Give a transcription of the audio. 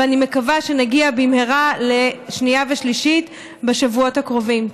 ואני מקווה שנגיע במהרה לשנייה ושלישית בשבועות הקרובים.